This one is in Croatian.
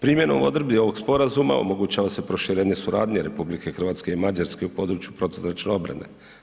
Primjenom odredbi ovog sporazuma omogućava se proširenje suradnje RH i Mađarske u području protuzračne obrane.